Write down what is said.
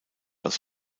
aus